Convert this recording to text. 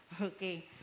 Okay